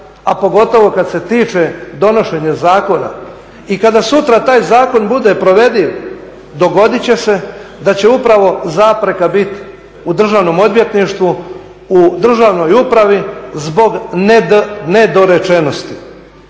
a pogotovo kad se tiče donošenja zakona. I kada sutra taj zakon bude provediv dogodit će se da će upravo zapreka bit u Državnom odvjetništvu, u državnoj upravi zbog nedorečenosti.